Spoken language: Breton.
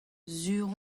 sur